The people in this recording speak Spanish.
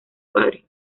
padre